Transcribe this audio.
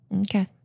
Okay